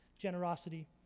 generosity